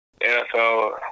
NFL